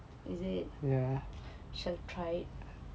is it shall try it